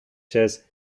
says